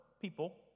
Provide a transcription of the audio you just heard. people